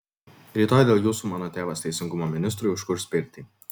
rytoj dėl jūsų mano tėvas teisingumo ministrui užkurs pirtį